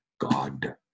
God